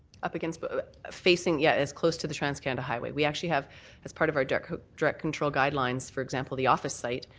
up against but facing yeah as close to the transcanada highway. we actually have as part of our direct direct control guidelines, for example the office site,